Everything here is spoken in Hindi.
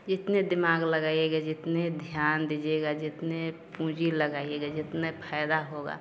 जितना दिमाग लगाइएगा जितना ध्यान दीजिएगा जितना पूंजी लगाइएगा जितना फायदा होगा